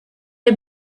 est